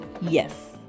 yes